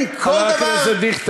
שכל האופוזיציה.